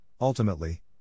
ultimately